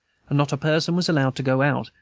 not a person was allowed to go out,